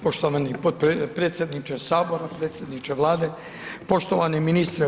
Poštovani predsjedniče Sabora, predsjedniče Vlade, poštovani ministre.